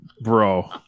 Bro